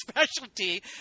specialty